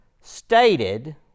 stated